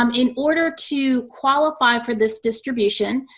um in order to qualify for this distribution,